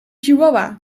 chihuahua